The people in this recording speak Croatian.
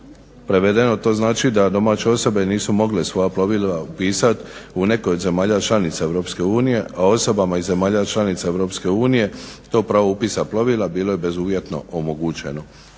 Prevedeno to znači da domaće osobe nisu mogle svoja plovila upisat u nekoj od zemalja članica EU, a osobama iz zemalja članica EU to pravo upisa plovila bilo je bezuvjetno omogućeno.